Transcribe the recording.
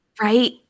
Right